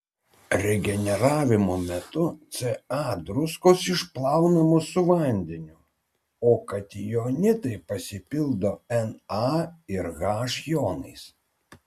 regeneravimo metu ca druskos išplaunamos su vandeniu o katijonitai pasipildo na ir h jonais